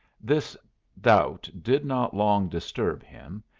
this doubt did not long disturb him.